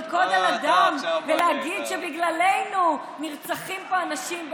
ועוד לרקוד על הדם ולהגיד שבגללנו נרצחים פה אנשים?